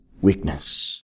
weakness